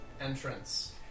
entrance